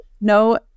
no